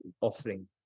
offering